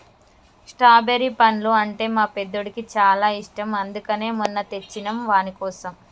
strawberry పండ్లు అంటే మా పెద్దోడికి చాలా ఇష్టం అందుకనే మొన్న తెచ్చినం వానికోసం